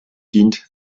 dient